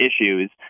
issues